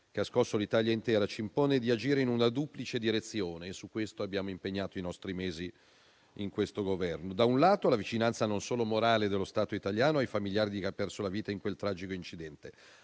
che ha scosso l'Italia intera, ci impone di agire in una duplice direzione, sulla quale abbiamo impegnato i nostri mesi in questo Governo; da un lato, la vicinanza non solo morale dello Stato italiano ai familiari di chi ha perso la vita in quel tragico incidente;